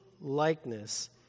likeness